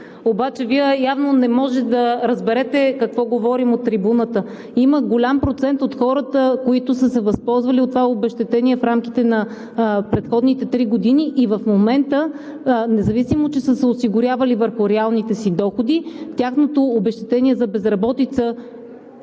обаче Вие явно не можете да разберете какво говорим от трибуната. Има голям процент от хората, които са се възползвали от това обезщетение в рамките на предходните три години и в момента, независимо че са се осигурявали на реалните си доходи, тяхното обезщетение за безработица